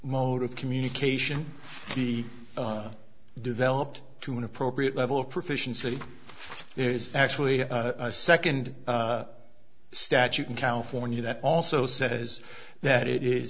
mode of communication be developed to an appropriate level of proficiency there is actually a second statute in california that also says that it is